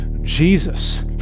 Jesus